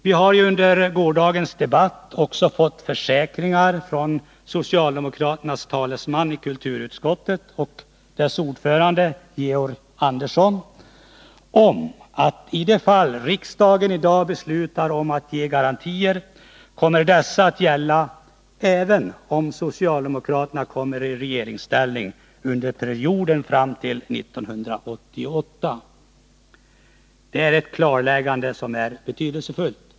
Vi har ju under gårdagens debatt från socialdemokraternas talesman i kulturutskottet och dess ordförande Georg Andersson fått försäkringar om att i det fall riksdagen i dag beslutar om att ge garantier, kommer dessa att gälla även om socialdemokraterna kommer i regeringsställning under perioden fram till 1988. Det är ett klarläggande som är betydelsefullt.